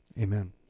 amen